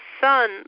son